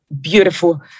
beautiful